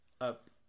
up